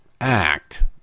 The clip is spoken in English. act